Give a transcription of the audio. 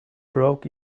broke